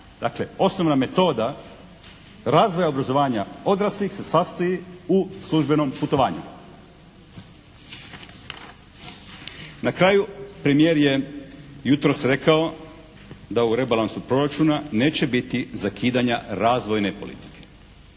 Dakle, osnovna metoda razvoja obrazovanja odraslih se sastoji u službenom putovanju. Na kraju premijer je jutros rekao da u rebalansu proračuna neće biti zakidanja razvojne politike.